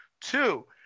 Two